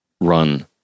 run